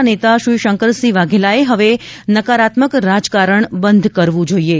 ના નેતા શ્રી શંકરસિંહ વાઘેલાએ હવે નકારાત્મક રાજકારણ બંધ કર્વું જોઇએ